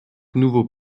nouveaux